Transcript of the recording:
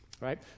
right